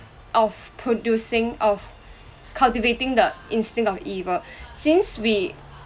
of producing of cultivating the instinct of evil since we